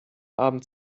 abend